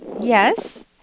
Yes